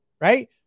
right